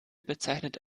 bezeichnet